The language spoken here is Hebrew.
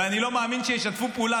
ואני לא מאמין שישתפו פעולה,